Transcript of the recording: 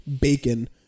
bacon